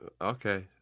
Okay